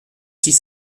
six